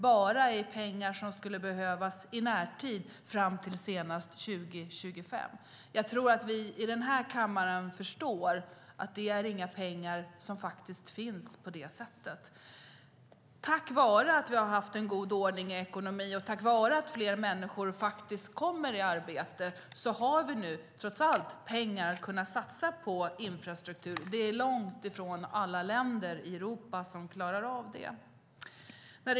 Det här är bara fråga om pengar som behövs i närtid fram till senast 2025. Jag tror att vi i den här kammaren förstår att det är pengar som faktiskt inte finns. Tack vare en god ordning i ekonomin och tack vare att fler människor faktiskt kommer i arbete finns nu, trots allt, pengar att satsa på infrastruktur. Det är långt ifrån alla länder i Europa som klarar av det.